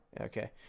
Okay